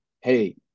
Hey